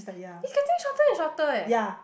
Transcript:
he's getting shorter and shorter eh